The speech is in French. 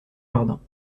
jardin